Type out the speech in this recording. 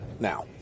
Now